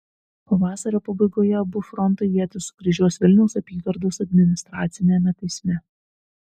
pavasario pabaigoje abu frontai ietis sukryžiuos vilniaus apygardos administraciniame teisme